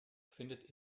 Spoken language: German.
findet